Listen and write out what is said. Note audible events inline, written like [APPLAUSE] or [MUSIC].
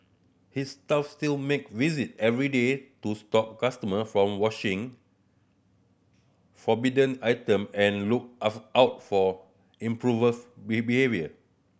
his staff still make visit every day to stop customer from washing forbidden item and look [UNINTELLIGIBLE] out for [UNINTELLIGIBLE] behaviour